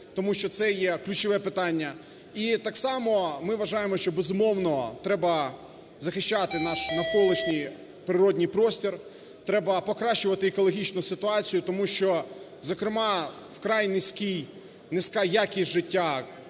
тому що це є ключове питання. І так само ми вважаємо, що, безумовно, треба захищати наш навколишній природній простір, треба покращувати екологічну ситуацію, тому що, зокрема, вкрай низька якість життя